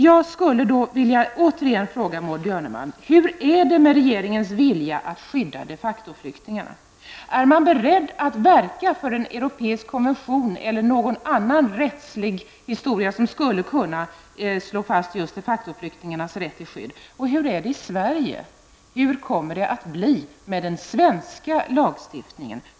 Jag skulle då vilja återigen fråga Maud Björnemalm: Hur är det med regeringens vilja att skydda de facto-flyktingarna? Är man beredd att verka för en europeisk konvention eller någon annan rättslig historia som skulle kunna slå fast just de facto-flyktingarnas rätt till skydd? Och hur är det i Sverige? Hur kommer det att bli med den svenska lagstiftningen?